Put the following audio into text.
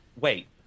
wait